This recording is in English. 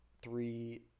three